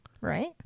Right